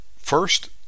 First